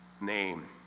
name